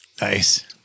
Nice